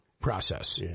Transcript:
process